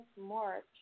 March